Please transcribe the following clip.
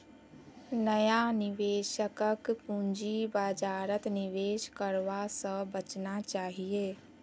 नया निवेशकक पूंजी बाजारत निवेश करवा स बचना चाहिए